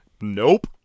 Nope